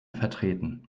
vertreten